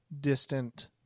distant